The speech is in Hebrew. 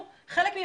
אנחנו חלק ממנה,